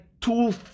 two